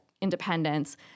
independence